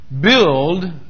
build